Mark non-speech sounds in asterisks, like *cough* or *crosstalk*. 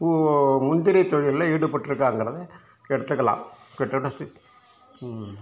ஊ முந்திரி தொழிலில் ஈடுபட்டுருக்காங்கறத எடுத்துக்கலாம் *unintelligible*